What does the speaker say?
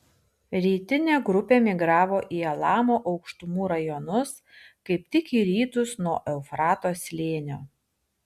rytinė grupė migravo į elamo aukštumų rajonus kaip tik į rytus nuo eufrato slėnio